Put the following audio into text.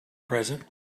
present